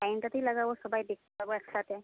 ডাইনিংটাতেই লাগাব সবাই দেখতে পাব একসাথে